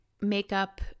makeup